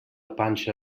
panxa